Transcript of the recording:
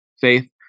faith